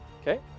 Okay